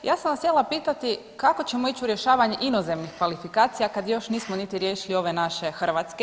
Ja sam vas htjela pitati kako ćemo ić u rješavanje inozemnih kvalifikacija kad još nismo niti riješili ove naše hrvatske.